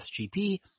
SGP